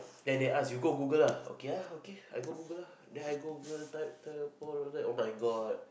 then they ask you go Google lah okay ah okay I go Google lah then I go Google type the then oh-my-God